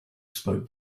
spoke